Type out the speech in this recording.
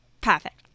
Perfect